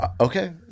Okay